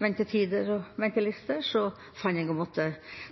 ventetider og ventelister, fant jeg å måtte